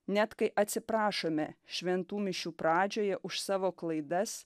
net kai atsiprašome šventų mišių pradžioje už savo klaidas